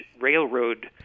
railroad